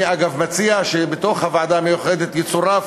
אני, אגב, מציע שבתוך הוועדה המיוחדת, יצורף